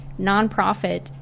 nonprofit